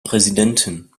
präsidentin